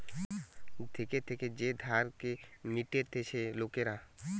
থেকে থেকে যে ধারকে মিটতিছে লোকরা